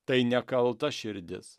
tai nekalta širdis